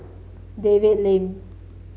David Lim